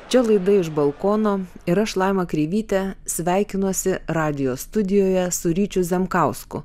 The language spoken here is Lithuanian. čia laida iš balkono ir aš laima kreivytė sveikinuosi radijo studijoje su ryčiu zemkausku